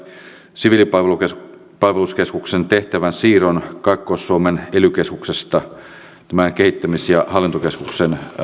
siviilipalveluskeskuksen tehtävän siirron kaakkois suomen ely keskuksesta tämän kehittämis ja hallintokeskuksen